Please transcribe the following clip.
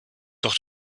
doch